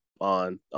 on